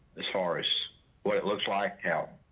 as far as what it looks like how